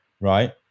right